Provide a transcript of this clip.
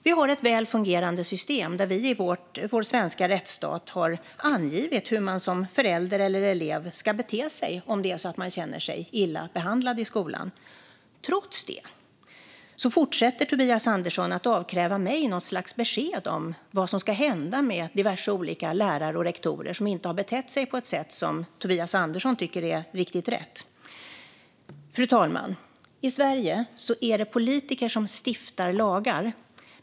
Vi har ett väl fungerande system, där vi i vår svenska rättsstat har angivit hur man som förälder eller elev ska bete sig om det är så att man känner sig illa behandlad i skolan. Trots det fortsätter Tobias Andersson att avkräva mig något slags besked om vad som ska hända med diverse olika lärare och rektorer som inte har betett sig på ett sätt som Tobias Andersson tycker är riktigt rätt. Fru talman! I Sverige är det politiker som stiftar lagar.